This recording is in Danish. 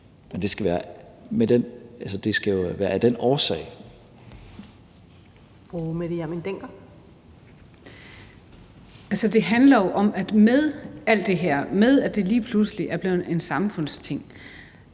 Mette Hjermind Dencker (DF): Det handler jo med alt det her, at det lige pludselig er blevet en samfundsting,